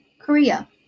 Korea